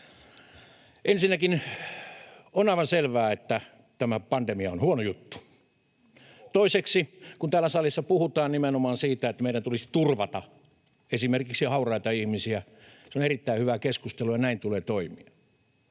Ensinnäkin on aivan selvää, että tämä pandemia on huono juttu. [Kimmo Kiljunen: Ohoh!] Toiseksi, kun täällä salissa puhutaan nimenomaan siitä, että meidän tulisi turvata esimerkiksi hauraita ihmisiä, se on erittäin hyvää keskustelua ja näin tulee toimia.